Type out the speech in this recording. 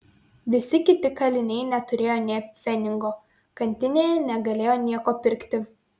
visi kiti kaliniai neturėjo nė pfenigo kantinėje negalėjo nieko pirkti